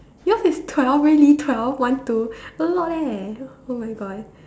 yours is twelve really twelve one two a lot leh oh-my-God